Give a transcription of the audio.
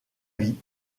vie